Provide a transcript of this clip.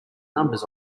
numbers